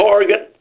Oregon